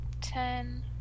ten